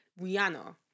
Rihanna